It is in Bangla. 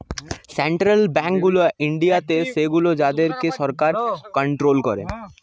সেন্ট্রাল বেঙ্ক গুলা ইন্ডিয়াতে সেগুলো যাদের কে সরকার কন্ট্রোল করে